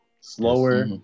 slower